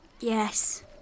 Yes